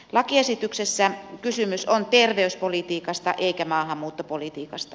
lakiesityksessä kysymys on terveyspolitiikasta eikä maahanmuuttopolitiikasta